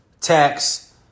tax